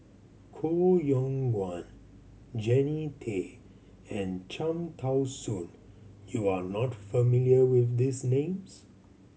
Koh Yong Guan Jannie Tay and Cham Tao Soon you are not familiar with these names